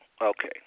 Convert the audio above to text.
Okay